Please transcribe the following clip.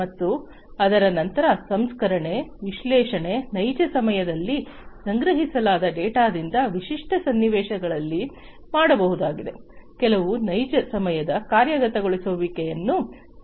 ಮತ್ತು ಅದರ ನಂತರ ಸಂಸ್ಕರಣೆ ವಿಶ್ಲೇಷಣೆ ನೈಜ ಸಮಯದಲ್ಲಿ ಸಂಗ್ರಹಿಸಲಾದ ಡೇಟಾದಿಂದ ವಿಶಿಷ್ಟ ಸನ್ನಿವೇಶಗಳಲ್ಲಿ ಮಾಡಬಹುದಾಗಿದೆ ಕೆಲವು ನೈಜ ಸಮಯದ ಕಾರ್ಯಗತಗೊಳಿಸುವಿಕೆಯನ್ನು ಸಹ ಮಾಡಬಹುದು